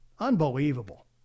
unbelievable